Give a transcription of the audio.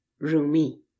Rumi